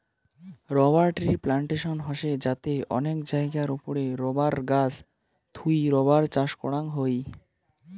rubber ট্রির plantation হসে যাতে অনেক জায়গার ওপরে রাবার গাছ থুই রাবার চাষ করাং হই